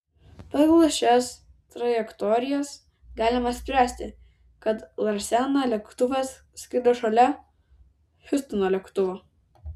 pagal šias trajektorijas galima spręsti kad larseno lėktuvas skrido šalia hiustono lėktuvo